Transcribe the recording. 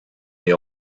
the